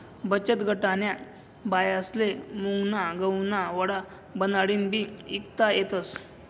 बचतगटन्या बायास्ले मुंगना गहुना वडा बनाडीन बी ईकता येतस